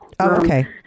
Okay